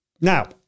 Now